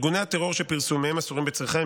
ארגוני הטרור שפרסומיהם אסורים בצריכה הם